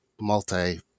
multi